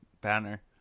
banner